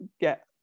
get